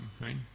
right